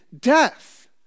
death